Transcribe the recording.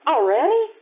Already